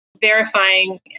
verifying